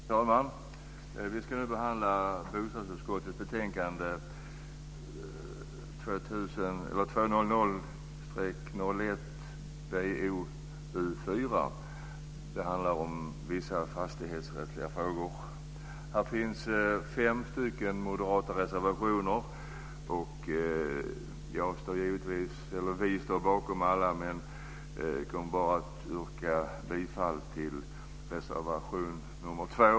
Fru talman! Vi ska nu behandla bostadsutskottets betänkande 2000/01:BoU4 om vissa fastighetsrättsliga frågor. Vid betänkandet finns fem moderata reservationer. Vi står bakom alla dessa reservationer, men jag yrkar bifall bara till reservation nr 2.